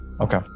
Okay